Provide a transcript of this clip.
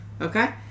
Okay